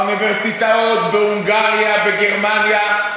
לא, לא, השכלה, באוניברסיטאות, בהונגריה, בגרמניה.